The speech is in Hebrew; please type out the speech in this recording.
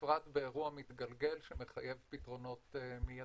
בפרט באירוע מתגלגל שמחייב פתרונות מיידיים.